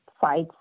sites